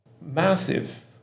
massive